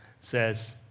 says